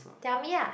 tell me ah